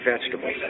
vegetables